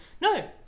no